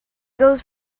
goes